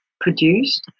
produced